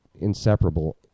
inseparable